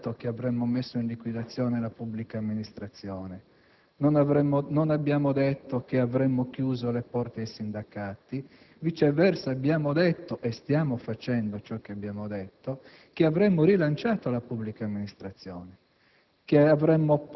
Non abbiamo detto che avremmo messo in liquidazione la pubblica amministrazione; non abbiamo detto che avremmo chiuso le porte ai sindacati; viceversa, abbiamo detto (e lo stiamo facendo) che avremmo rilanciato la pubblica amministrazione